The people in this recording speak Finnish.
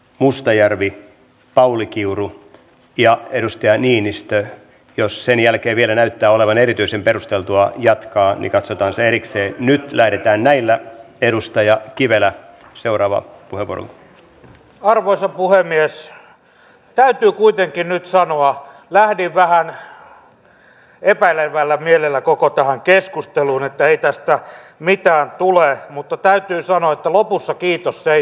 mustajärvi pauli kiuru ja edustaja niinistö nyt on ristiriita siitä että se haluttu säästö oli varsin suuri ja nyt kun pyyntöjä tulee ympäri maailman ja kriisejä on niin nyt on kuitenkin lähdössä eri puolille joukkoja niin siviili kuin sotilaskriisinhallintaan ja toivottavasti näin pystytään tekemään